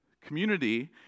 Community